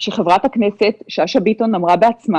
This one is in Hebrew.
שחברת הכנסת שאשא ביטון אמרה בעצמה